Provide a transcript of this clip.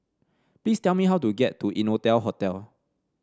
please tell me how to get to Innotel Hotel